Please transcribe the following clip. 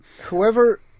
whoever